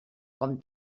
com